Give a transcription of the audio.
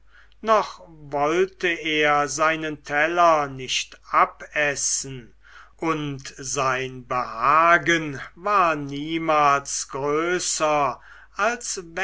noch wollte er seinen teller nicht abessen und sein behagen war niemals größer als